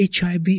HIV